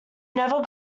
never